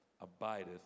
abideth